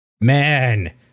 man